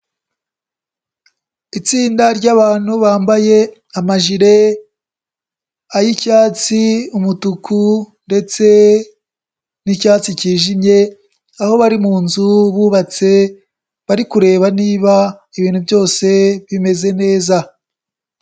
Itsinda ry'abantu bambaye amaji ay'icyatsi, umutuku ndetse n'icyatsi cyijimye, aho bari mu nzu bubatse bari kureba niba ibintu byose bimeze neza.